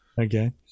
Okay